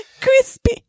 Crispy